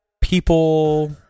people